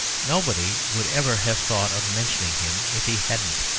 nobody would ever have thought of mentioning him if he hadn't.